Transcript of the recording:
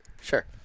sure